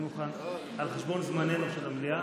אני מוכן, על חשבון זמננו, של המליאה,